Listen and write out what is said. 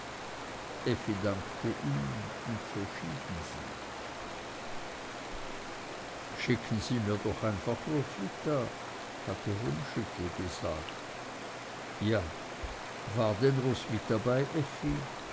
effi dankte ihm und so schieden sie schicken sie mir doch einfach roswitha hatte rummschüttel gesagt ja war denn roswitha bei